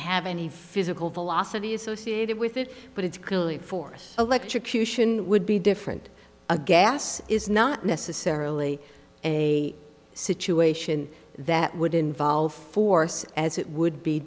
have any physical velocity associated with it but it's clearly force electrocution would be different a gas is not necessarily a situation that would involve force as it would be